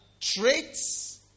traits